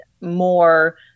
more